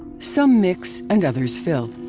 some mix and others fill.